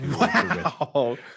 Wow